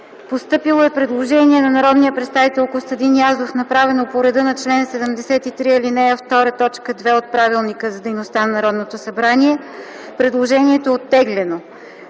Постъпило е предложение на народния представител Костадин Язов, направено по реда на чл. 73, ал. 2, т. 2 от Правилника за организацията и дейността на Народното събрание. Предложението е оттеглено.